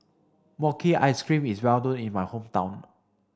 Mochi ice cream is well known in my hometown